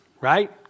Right